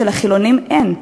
שלחילונים אין.